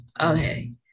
Okay